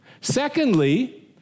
Secondly